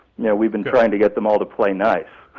know, we've been trying to get them all to play nice.